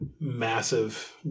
massive